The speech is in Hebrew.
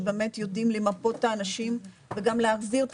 שבאמת יודעים למפות את האנשים וגם להחזיר את